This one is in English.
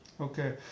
Okay